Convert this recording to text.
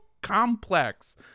complex